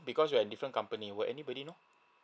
because we are different company will anybody now